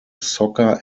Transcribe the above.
soccer